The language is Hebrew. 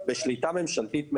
בשליטה ממשלתית מלאה.